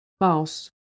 mouse